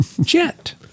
Jet